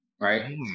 right